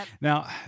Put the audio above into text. now